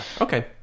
Okay